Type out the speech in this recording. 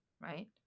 right